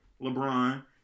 LeBron